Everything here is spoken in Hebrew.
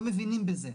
לא מבינים בזה.